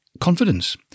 confidence